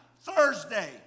Thursday